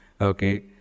Okay